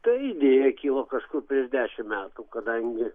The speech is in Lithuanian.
ta idėja kilo kažkur prieš dešimt metų kadangi